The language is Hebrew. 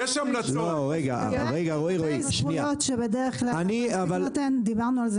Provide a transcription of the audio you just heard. יש זכויות שבדרך כלל המעסיק נותן, ודיברנו על זה.